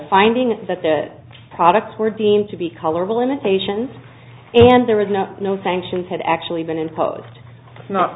finding that the products were deemed to be color limitations and there was no no sanctions had actually been imposed not